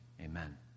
amen